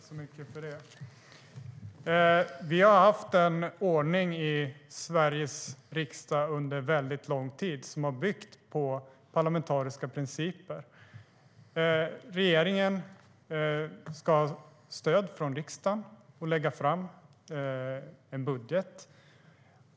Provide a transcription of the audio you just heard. Herr talman! Vi har i Sveriges riksdag under väldigt lång tid haft en ordning som bygger på parlamentariska principer. Regeringen ska lägga fram en budget och ha stöd från riksdagen.